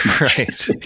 Right